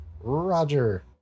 Roger